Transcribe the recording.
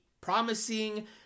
promising